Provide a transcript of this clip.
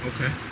okay